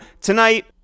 tonight